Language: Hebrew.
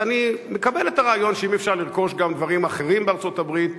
אז אני מקבל את הרעיון שאם אפשר לרכוש גם דברים אחרים בארצות-הברית,